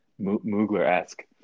Moogler-esque